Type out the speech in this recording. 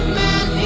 man